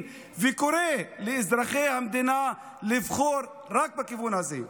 וקורא לאזרחי המדינה לבחור רק בכיוון הזה.